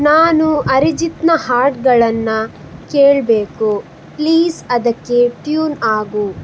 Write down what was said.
ನಾನು ಅರಿಜಿತ್ನ ಹಾಡುಗಳನ್ನ ಕೇಳಬೇಕು ಪ್ಲೀಸ್ ಅದಕ್ಕೆ ಟ್ಯೂನ್ ಆಗು